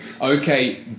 Okay